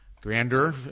grandeur